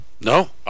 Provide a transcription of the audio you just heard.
No